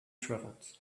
travels